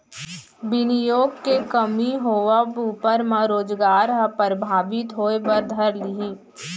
बिनियोग के कमी होवब ऊपर म रोजगार ह परभाबित होय बर धर लिही